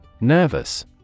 Nervous